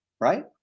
right